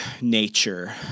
nature